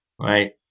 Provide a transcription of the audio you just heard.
Right